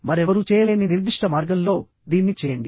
మరెవరూ చేయలేని నిర్దిష్ట మార్గంలో దీన్ని చేయండి